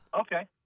Okay